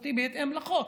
סמכותי בהתאם לחוק.